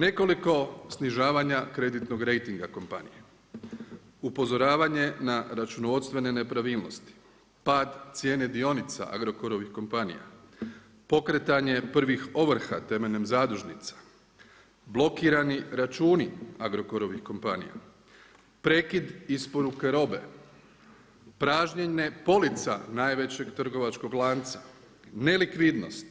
Nekoliko snižavanja kreditnog rejtinga kompanije, upozoravanje na računovodstvene nepravilnosti, pad cijene dionica Agrokorovih kompanija, pokretanje prvih ovrha temeljem zadužnica, blokirani računi Agrokorovih kompanija, prekid isporuke robe, pražnjenje polica najvećeg trgovačkog lanca, nelikvidnost,